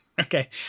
Okay